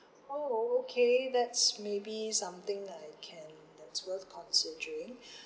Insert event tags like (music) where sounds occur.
oh okay that's maybe something that I can that's will considering (breath)